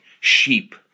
sheep